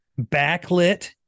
backlit